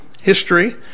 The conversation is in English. history